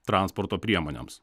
transporto priemonėms